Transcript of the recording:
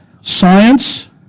science